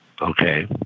Okay